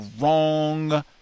wrong